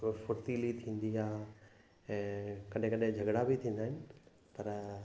फ फुर्तीली थींदी आहे ऐं कॾहिं कॾहिं झगिड़ा बि थींदा आहिनि पर